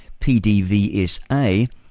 PDVSA